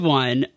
one